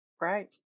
right